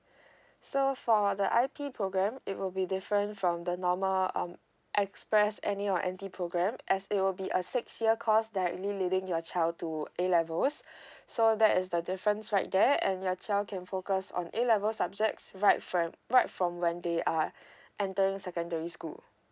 so for the I_P program it will be different from the normal um express any or N_T program as it will be a six year course directly leading your child to A levels so that is the difference right there and your child can focus on A level subjects right from right from when they are entering secondary school